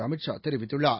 அமித் ஷா தெரிவித்துள்ளார்